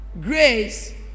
Grace